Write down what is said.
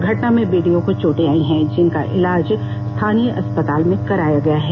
घटना में बीडीओ को चोटें भी आई है जिनका इलाज स्थानीय अस्पताल में कराया गया है